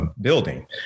building